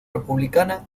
republicana